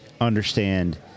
understand